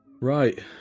Right